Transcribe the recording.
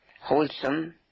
wholesome